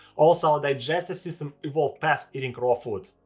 also, our digestive system evolved past eating raw food.